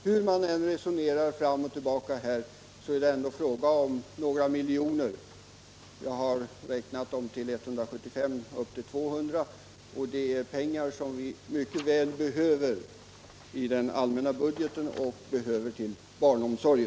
Hur man än resonerar fram och tillbaka är det ändå fråga om några miljoner — jag har räknat dem till 175-200 — och de är pengar som vi mycket väl behöver i den allmänna budgeten och till barnomsorgen.